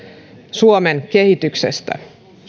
suomen kehityksestä